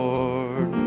Lord